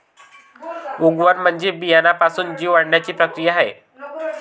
उगवण म्हणजे बियाण्यापासून जीव वाढण्याची प्रक्रिया आहे